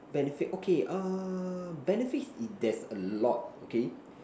benefit okay uh benefits there's a lot okay